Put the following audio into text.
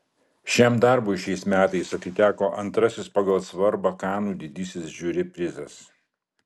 šiam darbui šiais metais atiteko antrasis pagal svarbą kanų didysis žiuri prizas